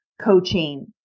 coaching